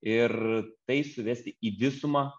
ir tai suvesti į visumą